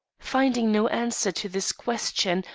finding no answer to this question,